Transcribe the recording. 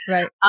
Right